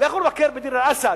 לכו לבקר בדיר-אל-אסד,